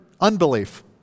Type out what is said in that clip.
unbelief